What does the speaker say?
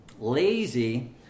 lazy